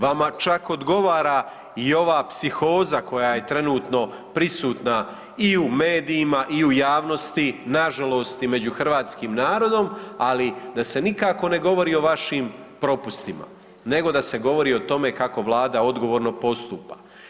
Vama čak odgovara i ova psihoza koja je trenutno prisutna i u medijima i u javnosti na žalost i među hrvatskim narodom, ali da se nikako ne govori o vašim propustima nego da se govori o tome kako Vlada odgovorno postupa.